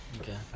Okay